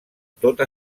tota